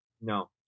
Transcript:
No